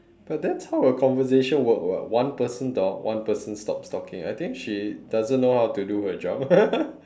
but that's how a conversation work [what] one person talk one person stops talking I think she doesn't know how to do her job